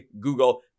Google